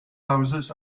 houses